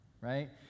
right